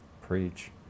Preach